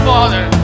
Father